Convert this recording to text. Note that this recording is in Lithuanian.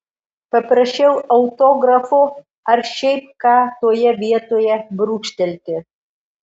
paprašiau autografo ar šiaip ką toje vietoje brūkštelti